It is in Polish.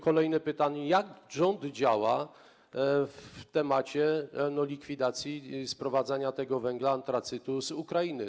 Kolejne pytanie: Jak rząd działa w temacie likwidacji sprowadzania węgla, antracytu z Ukrainy?